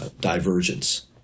Divergence